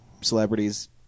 celebrities